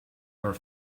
are